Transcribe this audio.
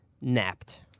napped